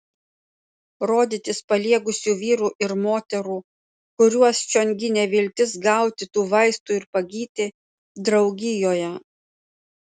rodytis paliegusių vyrų ir moterų kuriuos čion ginė viltis gauti tų vaistų ir pagyti draugijoje